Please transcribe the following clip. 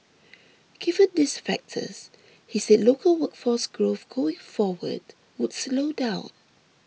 given these factors he said local workforce growth going forward would slow down